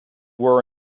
were